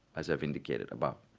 as i've indicated above,